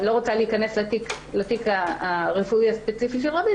אני לא רוצה להיכנס לתיק הרפואי הספציפי של רביד,